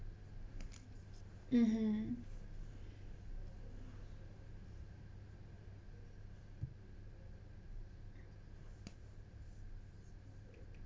mmhmm